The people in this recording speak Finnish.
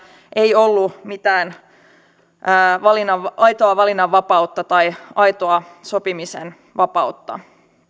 ei ollut mitään aitoa valinnanvapautta tai aitoa sopimisen vapautta